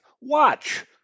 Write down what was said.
watch